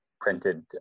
printed